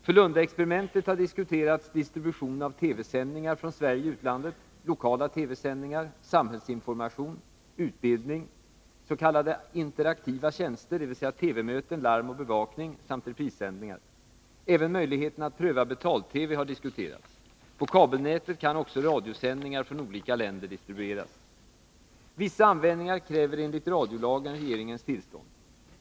För lundaexperimentet har diskuterats distribution av TV-sändningar från Sverige och utlandet, lokala TV-sändningar, samhällsinformation, utbildning, s.k. interaktiva tjänster, dvs. TV-möten, larm och bevakning, samt reprissändningar. Även möjligheten att pröva betal-TV har diskuterats. På kabelnätet kan också radiosändningar från olika länder distribueras. Vissa användingar kräver enligt radiolagen regeringens tillstånd.